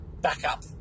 backup